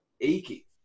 achy